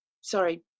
sorry